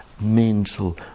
mental